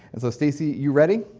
and so, stacy, you ready?